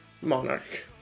monarch